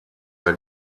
der